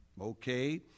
Okay